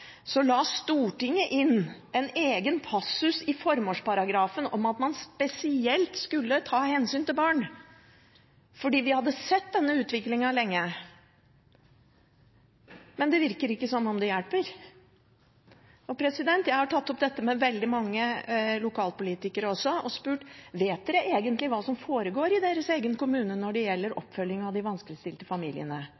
la Stortinget inn en egen passus i formålsparagrafen om at man spesielt skulle ta hensyn til barn – fordi vi hadde sett denne utviklingen lenge. Men det virker ikke som om det hjelper. Jeg har tatt opp dette med veldig mange lokalpolitikere også og spurt: Vet dere egentlig hva som foregår i deres egen kommune når det gjelder